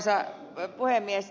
arvoisa puhemies